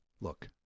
Look